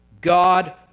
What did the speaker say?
God